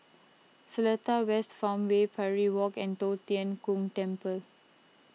Seletar West Farmway Parry Walk and Tong Tien Kung Temple